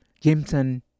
Jameson